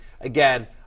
again